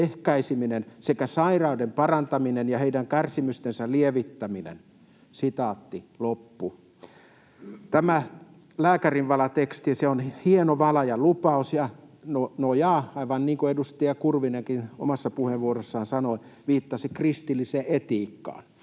ehkäiseminen sekä sairaiden parantaminen ja heidän kärsimystensä lievittäminen.” Tämä lääkärinvalateksti on hieno vala ja lupaus ja nojaa, aivan niin kuin edustaja Kurvinenkin omassa puheenvuorossaan viittasi, kristilliseen etiikkaan.